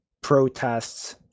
protests